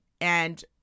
and-